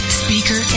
speaker